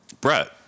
Brett